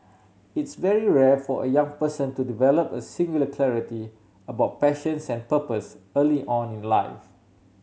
it's very rare for a young person to develop a singular clarity about passions and purpose early on in life